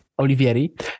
Olivieri